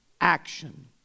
action